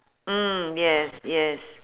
mm yes yes